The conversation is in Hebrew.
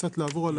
כדי לעבור על